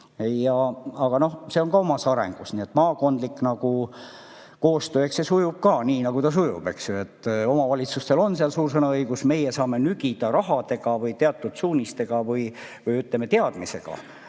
Aga noh, see on ka omas arengus. Nii et maakondlik koostöö, eks see sujub ka nii, nagu ta sujub, eks ju. Omavalitsustel on seal suur sõnaõigus, meie saame nügida rahaga või teatud suunistega või, ütleme, teadmisega